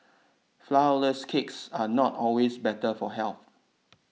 Flourless Cakes are not always better for health